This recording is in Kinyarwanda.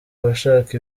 abashaka